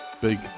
Big